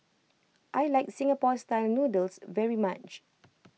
I like Singapore Style Noodles very much